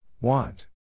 Want